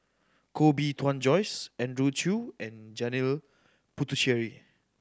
Koh Bee Tuan Joyce Andrew Chew and Janil Puthucheary